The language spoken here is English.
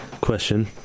Question